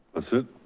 that's it?